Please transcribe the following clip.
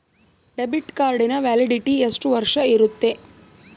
Debit ಕಾರ್ಡಿನ validity ಎಷ್ಟು ವರ್ಷ ಇರುತ್ತೆ?